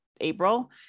April